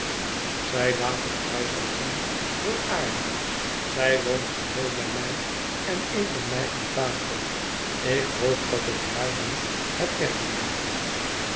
zij laat het huis al zien heel aardig zij woont geheel bij mij en eet bij mij aan tafel ik hoop dat ik haar niet heb weggejaagd